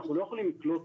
אנחנו לא יכולים לקלוט